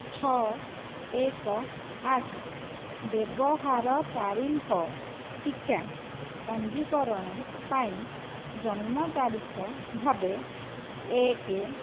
ଛଅ ଏକ ଆଠ ବ୍ୟବହାରକାରୀଙ୍କ ଟୀକା ପଞ୍ଜୀକରଣ ପାଇଁ ଜନ୍ମ ତାରିଖ ଭାବେ ଏକ